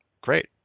great